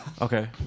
okay